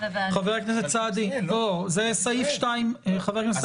חבר הכנסת סעדי, זה על פי סעיף 2 לתקנות.